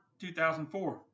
2004